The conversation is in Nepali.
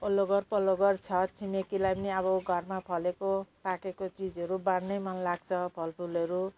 वल्लो घर पल्लो घर छर छिमेकीलाई पनि अब घरमा फलेको पाकेको चिजहरू बाढ्नै मन लाग्छ फल फुलहरू